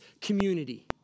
community